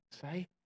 say